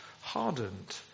hardened